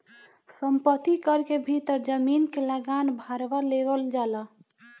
संपत्ति कर के भीतर जमीन के लागान भारवा लेवल जाला